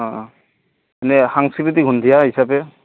অঁ অঁ এনেই সাংস্কৃতিক সন্ধিয়া হিচাপে